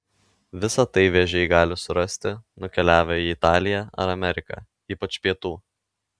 visa tai vėžiai gali surasti nukeliavę į italiją ar ameriką ypač pietų